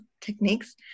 techniques